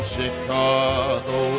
Chicago